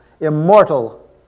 immortal